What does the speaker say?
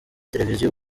televiziyo